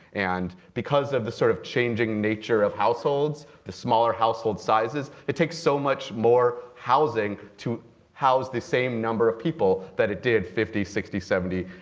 and because of the sort of changing nature of households, the smaller household sizes, it takes so much more housing to house the same number of people that it did fifty, sixty, seventy,